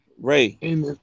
Ray